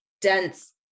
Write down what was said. dense